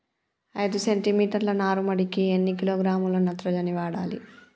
ఐదు సెంటి మీటర్ల నారుమడికి ఎన్ని కిలోగ్రాముల నత్రజని వాడాలి?